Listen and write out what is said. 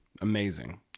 amazing